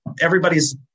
everybody's